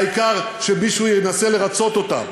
העיקר שמישהו ינסה לרצות אותם.